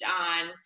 on